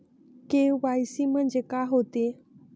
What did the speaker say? KYC म्हंनजे का होते?